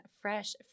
fresh